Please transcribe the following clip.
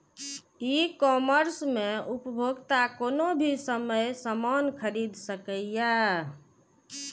ई commerce मे उपभोक्ता कोनो भी समय सामान खरीद सकैए